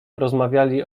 rozmawiali